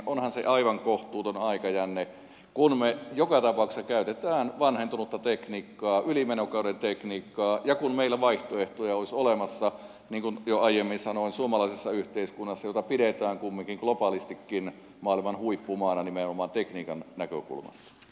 onhan se aivan kohtuuton aikajänne kun me joka tapauksessa käytämme vanhentunutta tekniikkaa ylimenokauden tekniikkaa ja kun meillä vaihtoehtoja olisi olemassa niin kuin jo aiemmin sanoin suomalaisessa yhteiskunnassa jota pidetään kumminkin globaalistikin maailman huippumaana nimenomaan tekniikan näkökulmasta